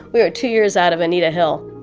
we were two years out of anita hill,